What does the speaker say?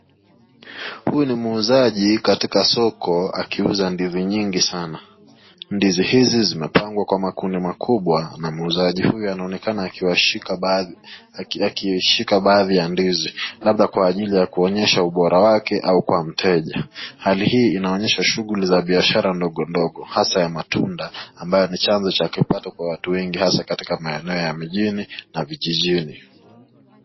Huyu ni muuzaji katika soko akiuza ndizi nyingi sana ndizi hizi zimepangwa kwa magunia makubwa makubwa na muuzaji huyu anaonekana akishika baadhi ya ndizi labda kwa ajili ya kuonyesha ubora wake au kwa mteja hali hii inaonyesha shughuli za biashara ndogo ndogo hasaa ya matunda ambacho ni chanzo cha kipato cha watu wengi hasaa katika maeneo mjini na vijijini.